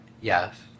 Yes